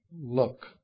look